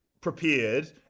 prepared